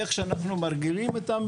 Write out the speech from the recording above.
איך שאנחנו מרגילים אותם,